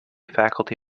faculty